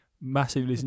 massively